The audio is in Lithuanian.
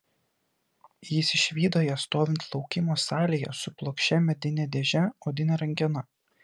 jis išvydo ją stovint laukimo salėje su plokščia medine dėže odine rankena